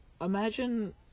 imagine